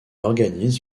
organise